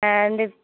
இந்த